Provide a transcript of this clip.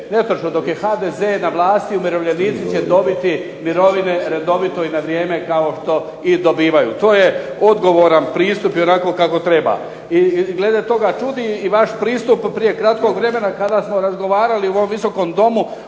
Netočno, dok je HDZ na vlasti umirovljenici će dobiti mirovine redovito i na vrijeme kao što i dobivaju. To je odgovoran pristup i onako kako treba. I glede toga čudi i vaš pristup prije kratkog vremena kada smo razgovarali u ovom Visokom domu